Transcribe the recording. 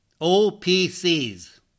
OPCs